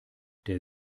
der